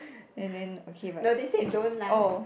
and then okay but it's oh